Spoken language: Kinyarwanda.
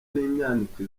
n’imyaniko